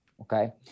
okay